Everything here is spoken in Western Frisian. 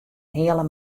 heale